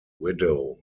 widow